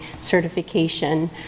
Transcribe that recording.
certification